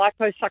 liposuction